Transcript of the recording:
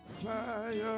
fly